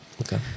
Okay